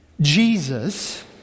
Jesus